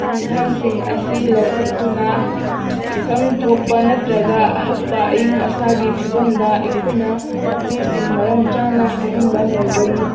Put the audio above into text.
ꯈꯣꯡꯊꯥꯡꯁꯤꯡ ꯑꯁꯤ ꯂꯧꯈꯠꯇꯨꯅ ꯏꯀꯪ ꯊꯣꯛꯄ ꯅꯠꯇ꯭ꯔꯒ ꯑꯍꯛꯄ ꯑꯏꯪ ꯑꯁꯥꯒꯤ ꯐꯤꯕꯝꯗ ꯑꯩꯈꯣꯏꯅ ꯄꯥꯝꯕꯤꯁꯤꯡ ꯃꯔꯝ ꯆꯥꯅ ꯍꯧꯍꯟꯕ ꯉꯝꯒꯅꯤ